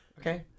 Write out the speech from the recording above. Okay